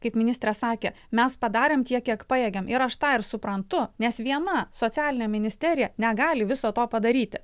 kaip ministras sakė mes padarėm tiek kiek pajėgėm ir aš tą ir suprantu nes viena socialinė ministerija negali viso to padaryti